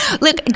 Look